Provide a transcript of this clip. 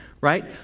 right